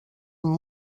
amb